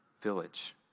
village